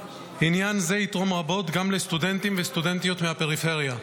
עניין זה יתרום רבות גם לסטודנטים ולסטודנטיות מהפריפריה.